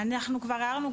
אנחנו כבר הערנו,